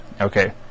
Okay